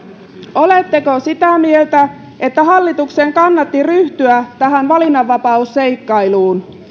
oletteko sitä mieltä että hallituksen kannatti ryhtyä tähän valinnanvapausseikkailuun